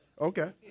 Okay